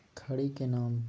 खड़ी के नाम?